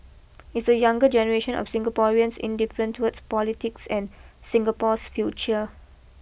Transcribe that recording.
is the younger generation of Singaporeans indifferent towards politics and Singapore's future